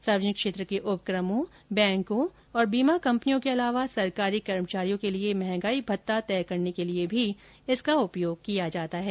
सार्वजनिक क्षेत्र के उपक्रमों बैंकों और बीमा कंपनियों के अलावा सरकारी कर्मचारियों के लिए महंगाई भत्ता तय करने के लिए भी इसका उपयोग किया जाता है